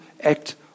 act